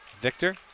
victor